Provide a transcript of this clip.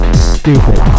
stupid